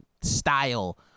style